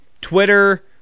Twitter